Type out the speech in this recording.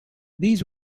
these